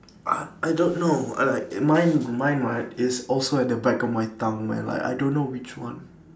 uh I don't know I'm like my my mind is also at the back of my tongue man like I don't know which one